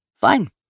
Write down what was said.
Fine